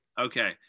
Okay